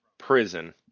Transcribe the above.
prison